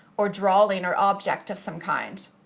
or drawing, or object of some kind.